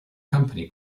company